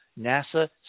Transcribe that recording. NASA